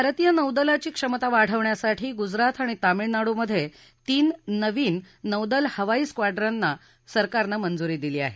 भारतीय नौदलाची क्षमता वाढवण्यासाठी गुजरात आणि तामिळनाडूमध्ये तीन नवीन नौदल हवाई स्क्वाडूनला सरकारनं मंजुरी दिली आहे